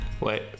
Wait